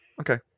Okay